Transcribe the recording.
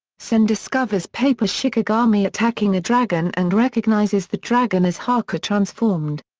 sen discovers paper shikigami attacking a dragon and recognizes the dragon as haku transformed.